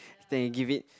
then give it